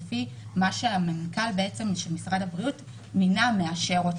על פי מה שמנכ"ל משרד הבריאות מינה ומאשר.